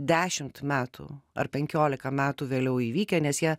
dešimt metų ar penkiolika metų vėliau įvykę nes jie